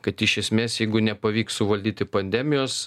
kad iš esmės jeigu nepavyks suvaldyti pandemijos